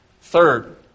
Third